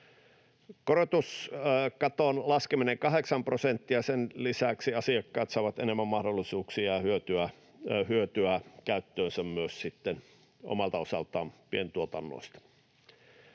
Korotuskaton 8 prosenttiin laskemisen lisäksi asiakkaat saavat enemmän mahdollisuuksia ja hyötyä käyttöönsä myös omalta osaltaan pientuotannoista.